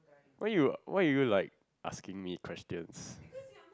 why you why are you like asking me questions